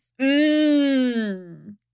Mmm